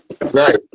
right